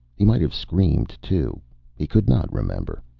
he might have screamed, too he could not remember.